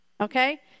Okay